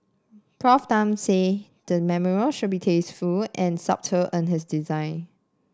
Prof Tan said the memorial should be tasteful and subtle in its design